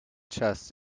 chests